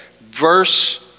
Verse